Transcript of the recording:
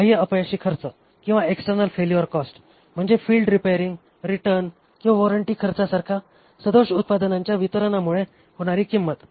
बाह्य अपयशी खर्च एक्सटर्नल फेल्युअर कॉस्ट म्हणजे फील्ड रिपेअरिंग रिटर्न आणि वॉरंटी खर्चासारख्या सदोष उत्पादनांच्या वितरणामुळे होणारी किंमत